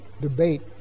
debate